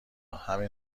همین